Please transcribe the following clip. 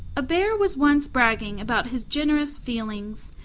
a bear was once bragging about his generous feelings,